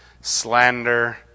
slander